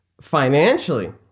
financially